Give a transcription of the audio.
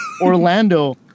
Orlando